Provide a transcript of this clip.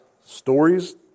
stories